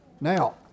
Now